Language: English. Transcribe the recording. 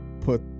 put